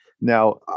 Now